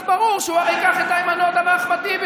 אז ברור שהוא ייקח את איימן עודה ואחמד טיבי